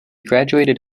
graduated